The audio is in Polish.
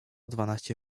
dwanaście